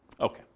Okay